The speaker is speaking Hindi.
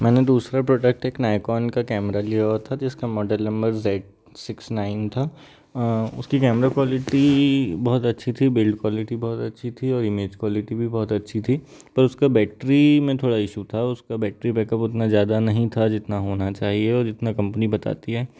मैंने दूसरा प्रॉडक्ट एक नायकोंन का कैमरा लिया हुआ था जिसका model number Z six nine था उसकी कैमरा क्वालिटी बहुत अच्छी थी बिल्ड क्वालिटी बहुत अच्छी थी और इमेज क्वालिटी भी बहुत अच्छी थी पर उसका बैटरी में थोड़ा इशू था उसका बैटरी बैकअप इतना ज़्यादा नहीं था जितना होना चाहिए और जितना कम्पनी बताती है